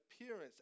appearance